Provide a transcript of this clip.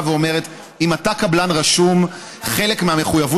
שמולי: הם חוששים פחד גדול כשהם מזמינים את האנשים האלה אליהם הביתה.